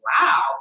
wow